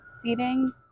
seating